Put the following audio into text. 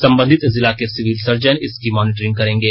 संबंधित जिला के सिविल सर्जन इसको मॉनिटरिंग करेंगे